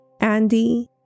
Andy